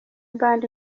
band